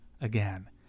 again